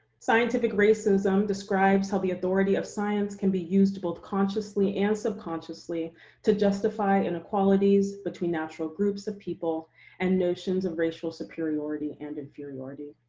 scientific racism describes how the authority of science can be used both consciously and subconsciously to justify inequalities between natural groups of people and notions of racial superiority and inferiority.